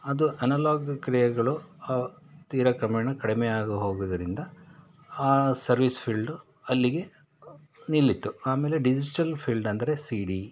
ಅದು ಅನಲಾಗ್ ಕ್ರಿಯೆಗಳು ತೀರಾ ಕ್ರಮೇಣ ಕಡಿಮೆ ಆಗಿ ಹೋಗೋದರಿಂದ ಆ ಸರ್ವೀಸ್ ಫೀಲ್ಡು ಅಲ್ಲಿಗೇ ನಿಲ್ಲಿತು ಆಮೇಲೆ ಡಿಜಿಟಲ್ ಫೀಲ್ಡಂದರೆ ಸೀ ಡಿ